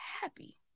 happy